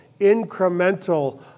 incremental